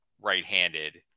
right-handed